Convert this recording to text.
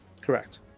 correct